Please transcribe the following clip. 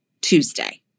Tuesday